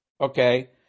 okay